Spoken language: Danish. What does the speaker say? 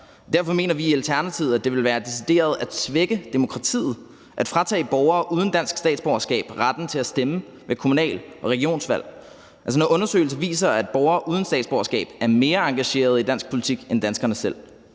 Derfor mener vi i Alternativet, at det ville være decideret at svække demokratiet at fratage borgere uden dansk statsborgerskab retten til at stemme ved kommunal- og regionsvalg, når undersøgelser viser, at borgere uden statsborgerskab er mere engageret i dansk politik end danskerne selv.